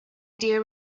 dear